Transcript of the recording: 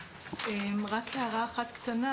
הערה קטנה.